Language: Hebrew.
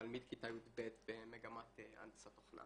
תלמיד כיתה י"ב במגמת הנדסת תוכנה